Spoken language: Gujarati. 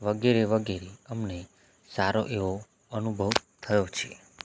વગેરે વગેરે અમને સારો એવો અનુભવ થયો છે